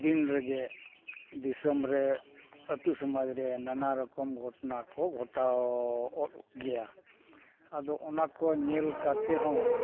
ᱫᱤᱱ ᱨᱮᱜᱮ ᱫᱤᱥᱚᱢ ᱨᱮ ᱟᱹᱛᱩ ᱥᱚᱢᱟᱡᱽ ᱨᱮ ᱱᱟᱱᱟ ᱨᱚᱠᱚᱢ ᱜᱷᱚᱴᱱᱟ ᱠᱚ ᱜᱷᱚᱴᱟᱣᱚᱜ ᱜᱮᱭᱟ ᱟᱫᱚ ᱚᱱᱟᱠᱚ ᱧᱮᱞ ᱠᱟᱛᱮᱫ ᱦᱚᱸ